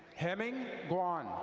hemming guan.